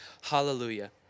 hallelujah